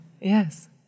Yes